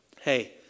Hey